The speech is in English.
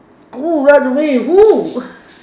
oh run away with who